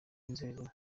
inzego